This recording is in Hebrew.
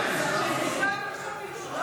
לא.